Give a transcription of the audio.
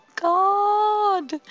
God